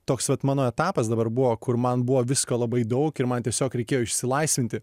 toks vat mano etapas dabar buvo kur man buvo visko labai daug ir man tiesiog reikėjo išsilaisvinti